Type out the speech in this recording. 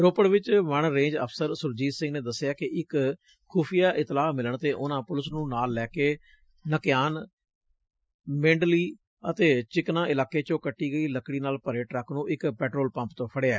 ਰੋਪੜ ਚ ਵਣ ਰੇਂਜ ਅਫਸਰ ਸੁਰਜੀਤ ਸਿੰਘ ਨੇ ਦਸਿਐ ਕਿ ਇਕ ਖੁਫੀਆ ਇਤਲਾਹ ਮਿਲਣ ਤੇ ਉਨ੍ਹਾਂ ਪੁਲਿਸ ਨੂੰ ਨਾਲ ਲੈ ਕੇ ਨਕਿਆਨ ਮੇਂਹਡਲੀ ਅਤੇ ਚਿਕਨਾ ਇਲਾਕੇ ਚੋ ਕਟੀ ਗਈ ਲਕੜੀ ਨਾਲ ਭਰੇ ਟਰੱਕ ਨੂੰ ਇਕ ਪੈਟਰੋਲ ਪੰਪ ਤੋਂ ਫੜਿਐ